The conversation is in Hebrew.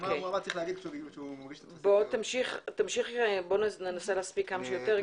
גלעד, ננסה להספיק כמה שיותר.